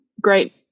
Great